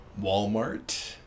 Walmart